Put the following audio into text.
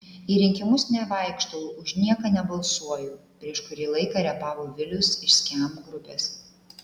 į rinkimus nevaikštau už nieką nebalsuoju prieš kurį laiką repavo vilius iš skamp grupės